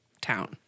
town